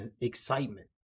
excitement